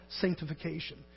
sanctification